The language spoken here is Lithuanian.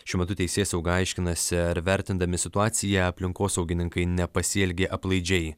šiuo metu teisėsauga aiškinasi ar vertindami situaciją aplinkosaugininkai nepasielgė aplaidžiai